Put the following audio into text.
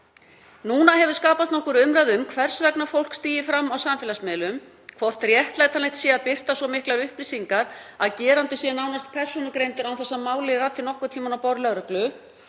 Núna hefur skapast nokkur umræða um hvers vegna fólk stígur fram á samfélagsmiðlum, hvort réttlætanlegt sé að birta svo miklar upplýsingar að gerandi sé nánast persónugreindur án þess að málið rati nokkurn tímann á borð lögreglu.